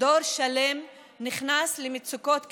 דור שלם נכנס למצוקות קשות.